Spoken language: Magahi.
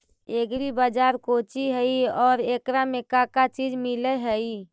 एग्री बाजार कोची हई और एकरा में का का चीज मिलै हई?